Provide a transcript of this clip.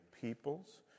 peoples